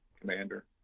commander